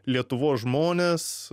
lietuvos žmonės